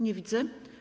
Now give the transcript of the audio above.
Nie widzę.